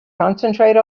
concentrate